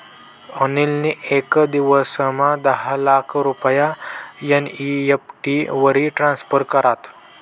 अनिल नी येक दिवसमा दहा लाख रुपया एन.ई.एफ.टी वरी ट्रान्स्फर करात